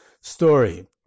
story